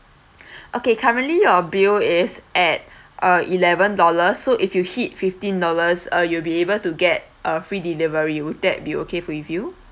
okay currently your bill is at uh eleven dollars so if you hit fifteen dollars uh you'll be able to get a free delivery would that be okay with you